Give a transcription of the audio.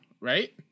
right